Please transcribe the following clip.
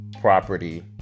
property